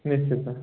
ନିଶ୍ଚିତ